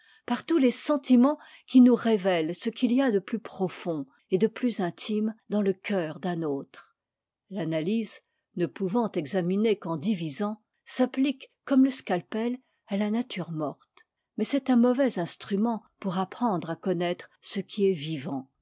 par tous les sentiments qui nous révèlent ce qu'il y a'de plus profond et de plus intime dans le coeur d'un autre l'analyse ne pouvant examiner qu'en divisant s'applique comme le scalpel à la nature morte mais c'est un mauvais instrument pour apprendre à connaître ce qui est vivant